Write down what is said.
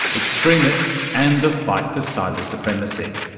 extremists, and the fight for cyber supremacy.